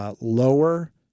lower